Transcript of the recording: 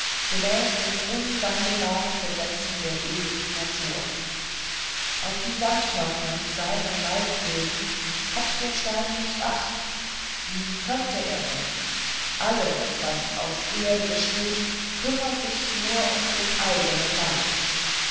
gemäß den unwandelbaren gesetzen der ewigen natur auf die sandkörner die seinen leib bilden hat der stein nicht acht wie könnte er denn alles was aus erde besteht kümmert sich nur um den eigenen leib